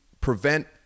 prevent